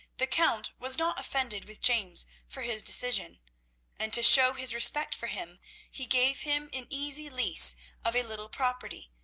the count was not offended with james for his decision and to show his respect for him he gave him an easy lease of a little property,